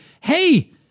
hey